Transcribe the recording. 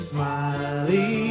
Smiley